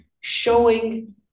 showing